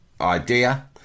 idea